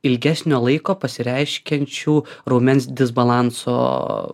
ilgesnio laiko pasireiškiančių raumens disbalanso